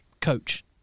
coach